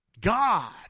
God